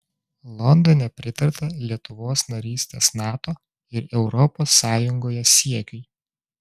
londone pritarta lietuvos narystės nato ir europos sąjungoje siekiui